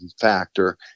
factor